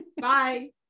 Bye